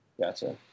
Gotcha